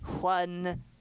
One